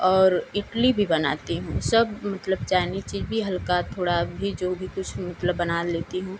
और इडली भी बनाती हूँ सब मतलब चाइनीज चीज भी हल्का थोड़ा भी जो भी कुछ मलतब बना लेती हूँ